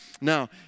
Now